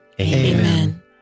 Amen